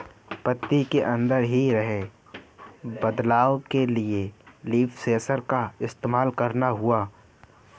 पत्ती के अंदर हो रहे बदलाव के लिए मैं लीफ सेंसर का इस्तेमाल करता हूँ